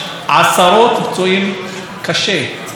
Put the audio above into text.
יש מאות פצועים בינוני מתחילת השנה.